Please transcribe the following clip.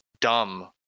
dumb